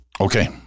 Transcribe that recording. Okay